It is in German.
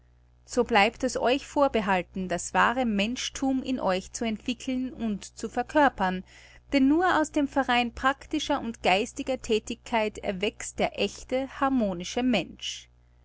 so bleibt es euch vorbehalten das wahre menschthum in euch zu entwickeln und zu verkörpern denn nur aus dem verein praktischer und geistiger thätigkeit erwächst der echte harmonische mensch